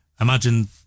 imagine